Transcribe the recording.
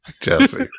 Jesse